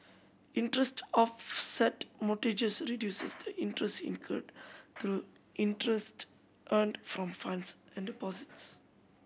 interest offset mortgages reduces the interest incurred through interest earned from funds and deposited